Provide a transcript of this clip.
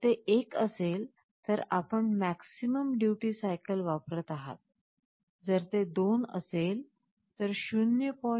जर ते 1 असेल तर आपण मॅक्सिमम ड्युटी सायकल वापरत आहात जर ते 2 असेल तर 0